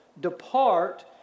Depart